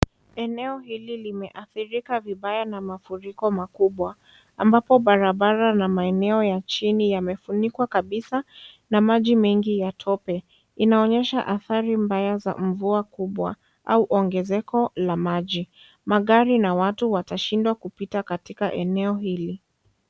Eneo hili limeathirika vibaya na mafuriko makubwa. Ambapo barabara na maeneo ya chini yamefunikwa kabisa na maji mengi ya tope. Inaonyesha athari mbaya za mvua kubwa au ongezeko la maji. Magari na watu watashindwa kupita katika eneo hili.